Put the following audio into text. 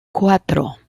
cuatro